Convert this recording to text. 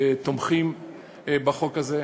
תומכים בחוק הזה,